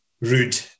rude